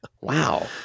Wow